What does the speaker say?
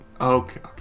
Okay